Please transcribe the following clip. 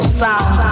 sound